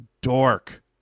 dork